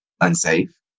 unsafe